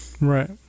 Right